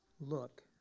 Look